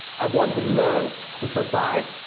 i want to learn, to survive.